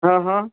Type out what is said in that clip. હં હં